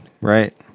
right